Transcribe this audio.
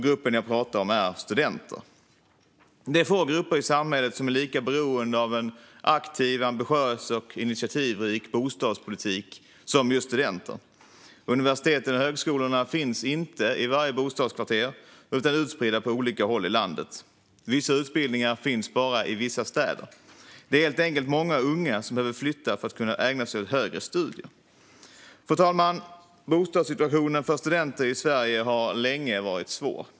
Gruppen jag pratar om är studenter. Det är få grupper i samhället som är lika beroende av en aktiv, ambitiös och initiativrik bostadspolitik som just studenter. Universiteten och högskolorna finns inte i varje bostadskvarter utan är utspridda på olika håll i landet. Vissa utbildningar finns bara i vissa städer. Det är helt enkelt många unga som behöver flytta för att kunna ägna sig åt högre studier. Fru talman! Bostadssituationen för studenter i Sverige har länge varit svår.